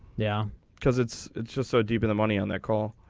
yeah because it's it's just so deep in the money on that call.